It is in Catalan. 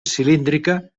cilíndrica